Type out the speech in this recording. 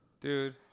Dude